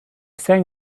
sang